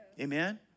Amen